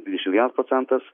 dvidešim vienas procentas